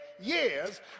years